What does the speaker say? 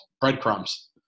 breadcrumbs